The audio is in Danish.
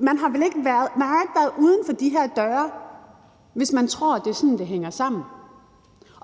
Man har ikke været uden for de her døre, hvis man tror, det er sådan, det hænger sammen.